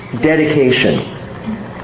dedication